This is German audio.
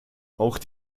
auch